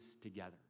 together